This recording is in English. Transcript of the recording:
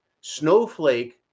snowflake